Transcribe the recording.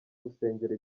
gusengera